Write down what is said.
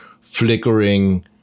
flickering